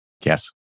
yes